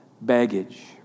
baggage